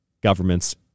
governments